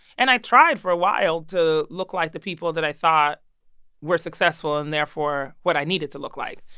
and i tried for a while to look like the people that i thought were successful and, therefore, what i needed to look like.